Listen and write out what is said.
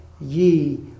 ye